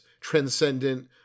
Transcendent